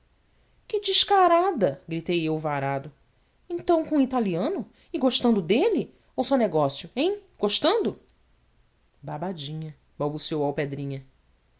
que descarada gritei eu varado então com um italiano e gostando dele ou só negócio hem gostando babadinha balbuciou alpedrinha